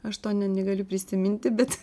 aš to ne negaliu prisiminti bet